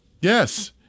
yes